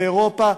באירופה,